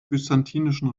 byzantinischen